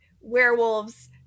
werewolves